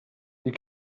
you